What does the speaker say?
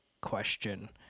question